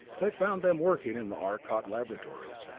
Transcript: they found them working in the arcot laboratories.